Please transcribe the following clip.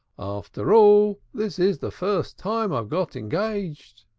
after all, this is the first time i've got engaged.